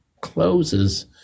closes